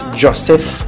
joseph